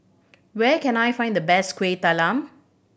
where can I find the best Kueh Talam